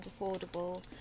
affordable